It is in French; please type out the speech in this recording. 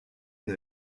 une